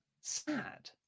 sad